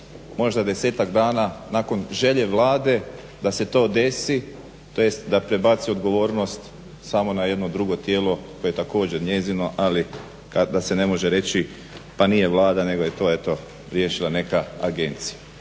možda desetak dana nakon želje Vlade da se to desiti, tj. da prebaci odgovornost samo na jedno drugo tijelo koje je također njezino ali da se ne može reći pa nije Vlada nego je to eto riješila neka agencija.